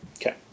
Okay